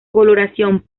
coloración